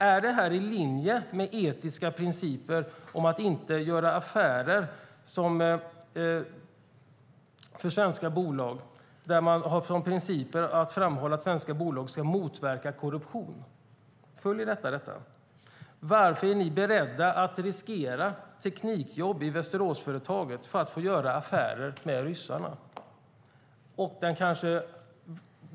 Är det i linje med etiska principer för svenska bolag som framhåller att svenska bolag ska motverka korruption? Varför är regeringen beredd att riskera teknikjobb i Västeråsföretaget för att få göra affärer med ryssarna?